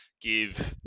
give